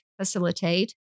facilitate